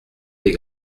des